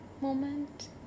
moment